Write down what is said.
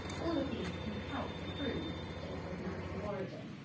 all of these can help prove that it's of natural origin.